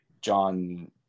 John